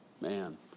man